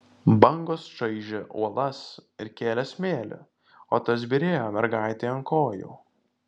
bangos čaižė uolas ir kėlė smėlį o tas byrėjo mergaitei ant kojų